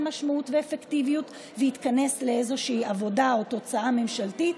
משמעות ואפקטיביות ויתכנס לאיזושהי עבודה או תוצאה ממשלתית,